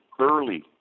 early